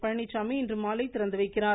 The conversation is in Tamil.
பழனிச்சாமி இன்று மாலை திறந்து வைக்கிறார்